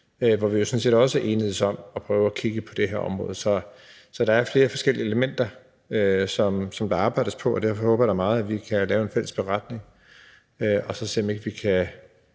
enedes om at prøve at kigge på det her område. Så der er flere forskellige elementer, som der arbejdes på, og derfor håber jeg da meget, at vi kan lave en fælles beretning og se, om ikke vi kan